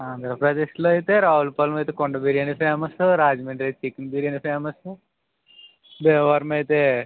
మీరు లిస్టులో అయితే రావులపాలెం అయితే కుండ బిర్యానీ ఫేమస్సు రాజమండ్రి అయితే చికెన్ బిర్యానీ ఫేమస్సు భీమవరం అయితే